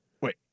Wait